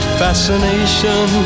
fascination